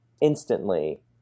instantly